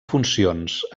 funcions